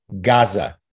Gaza